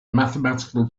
mathematical